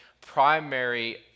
primary